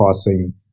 passing